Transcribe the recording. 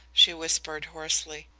she whispered hoarsely.